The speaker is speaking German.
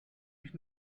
ich